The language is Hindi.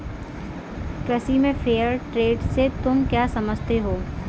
कृषि में फेयर ट्रेड से तुम क्या समझते हो?